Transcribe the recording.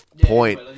point